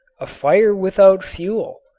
a fire without fuel,